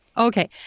Okay